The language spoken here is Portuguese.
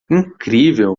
incrível